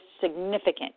significant